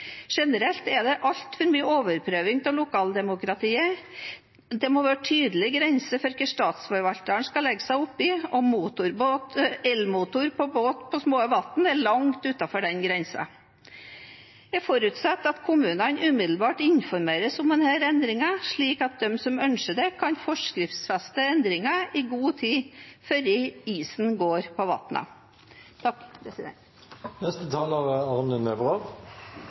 Generelt er det altfor mye overprøving av lokaldemokratiet. Det må være en tydelig grense for hva statsforvalteren skal legge seg oppi. Elmotor på båt på små vann er langt utenfor den grensen. Jeg forutsetter at kommunene umiddelbart informeres om denne endringen, slik at de som ønsker det, kan forskriftsfeste endringer i god tid før isen går på